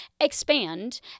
expand